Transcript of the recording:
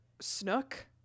Snook